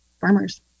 farmers